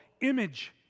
image